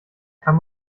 kann